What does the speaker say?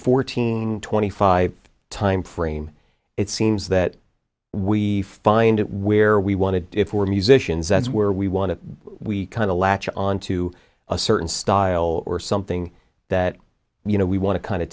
fourteen and twenty five timeframe it seems that we find where we want to do if we're musicians that's where we want to we kind of latch onto a certain style or something that you know we want to kind of